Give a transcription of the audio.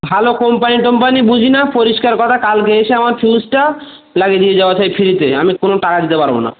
ভালো কোম্পানি টোম্পানি বুঝি না পরিষ্কার কথা কালকে এসে আমার ফিউজটা লাগিয়ে দিয়ে যাওয়া চাই ফ্রিতে আমি কোনো টাকা দিতে পারবো না